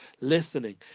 listening